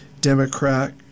Democrat